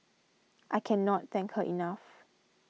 I cannot thank her enough